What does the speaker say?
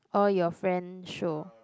all your friend show